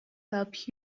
help